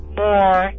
more